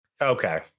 Okay